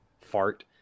fart